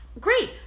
great